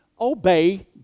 obey